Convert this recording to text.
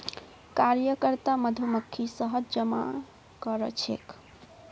कार्यकर्ता मधुमक्खी शहद जमा करछेक